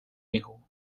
erro